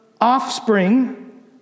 offspring